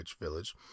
Village